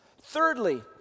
Thirdly